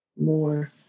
more